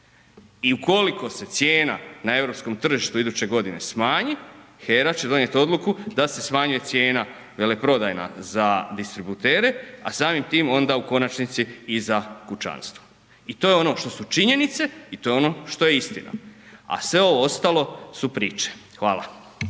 i ukoliko se cijena na europskom tržištu iduće godine smanji, HERA će donijeti odluku da se smanji cijena veleprodajna za distributere, a samim tim onda u konačnici i za kućanstvo i to je ono što su činjenice i to je ono što je istina, a sve ovo ostalo su priče. Hvala.